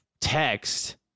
text